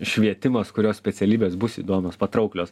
švietimas kurios specialybės bus įdomios patrauklios